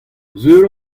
sur